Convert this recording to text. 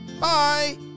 Bye